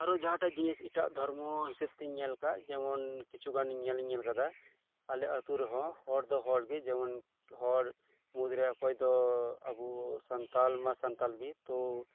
ᱟᱨᱚ ᱡᱟᱦᱟᱸᱴᱟᱜ ᱡᱤᱱᱤᱥ ᱮᱴᱟᱜ ᱫᱷᱚᱨᱢᱚ ᱦᱤᱥᱟᱹᱵᱽᱛᱮᱧ ᱧᱮᱞ ᱠᱟᱜ ᱡᱮᱢᱚᱱ ᱠᱤᱪᱷᱩᱜᱟᱱ ᱧᱮᱞᱤᱧ ᱧᱮᱞ ᱟᱠᱟᱫᱟ ᱟᱞᱮ ᱟᱛᱩ ᱨᱮᱦᱚᱸ ᱦᱚᱲ ᱫᱚ ᱦᱚᱲ ᱜᱮ ᱡᱮᱢᱚᱱ ᱦᱚᱲ ᱢᱩᱫᱽ ᱨᱮ ᱚᱠᱚᱭ ᱫᱚ ᱟᱵᱚ ᱥᱟᱱᱛᱟᱲ ᱢᱟ ᱥᱟᱱᱛᱟᱲ ᱜᱮ ᱛᱚ